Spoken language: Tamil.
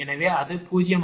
எனவே அது 0